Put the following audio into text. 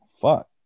Fuck